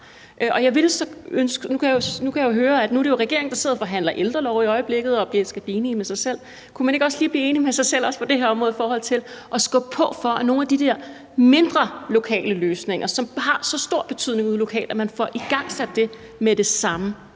opbakning herfra. Nu er det jo regeringen, der sidder og forhandler ældrelov i øjeblikket og skal blive enige med sig selv. Kunne man ikke også lige blive enige med sig selv også på det her område i forhold til at skubbe på for, at man får igangsat nogle af de der mindre lokale løsninger, som har så stor betydning ude lokalt, med det samme?